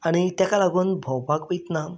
आनी ताका लागून भोंवपाक वयत्ना